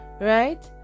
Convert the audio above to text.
right